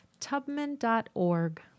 tubman.org